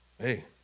Hey